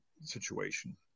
situation